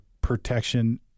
protection